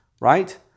Right